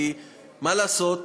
כי מה לעשות,